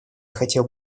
хотел